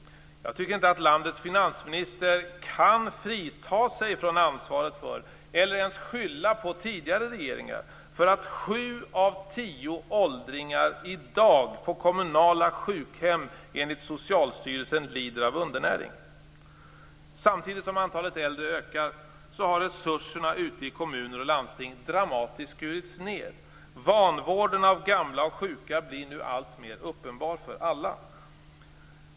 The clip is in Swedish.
Jag tycker inte att landets finansminister kan frita sig från ansvaret för eller ens skylla på tidigare regeringar för att sju av tio åldringar på kommunala sjukhem enligt Socialstyrelsen i dag lider av undernäring. Samtidigt som antalet äldre ökar har resurserna ute i kommuner och landsting dramatiskt skurits ned. Vanvården av gamla och sjuka blir nu alltmer uppenbar för alla.